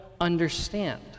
understand